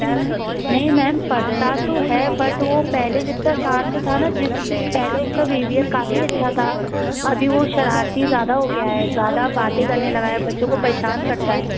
नहीं मैं नहीं मैम पढ़ता तो है बट्ट वो पहले जितना शांत था ना जिस पहले उसका बिहेवीयर काफ़ी अच्छा था अभी वो शरारती ज़्यादा हो गया है ज़्यादा बातें करने लगा है बच्चों को परेशान करता है